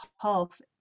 health